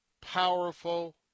powerful